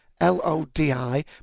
L-O-D-I